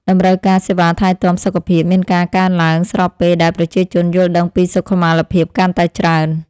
តម្រូវការសេវាថែទាំសុខភាពមានការកើនឡើងស្របពេលដែលប្រជាជនយល់ដឹងពីសុខុមាលភាពកាន់តែច្រើន។